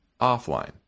offline